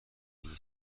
پنی